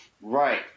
Right